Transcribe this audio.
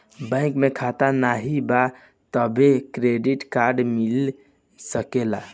Bank में खाता नाही बा तबो क्रेडिट कार्ड मिल सकेला?